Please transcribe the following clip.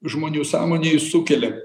žmonių sąmonėje sukeliam